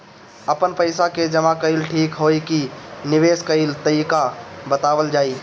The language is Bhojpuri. आपन पइसा के जमा कइल ठीक होई की निवेस कइल तइका बतावल जाई?